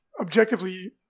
objectively